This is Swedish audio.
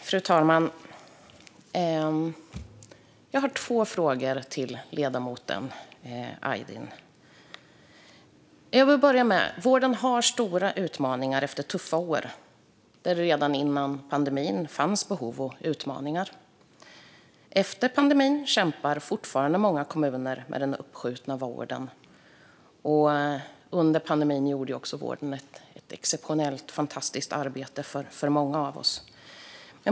Fru talman! Jag har två frågor till ledamoten Aydin. Vården har stora utmaningar efter tuffa år. Redan före pandemin fanns det behov och utmaningar, och efter pandemin kämpar många kommuner fortfarande med den uppskjutna vården. Under pandemin gjorde ju vården ett exceptionellt arbete för många av oss.